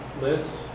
list